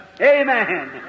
Amen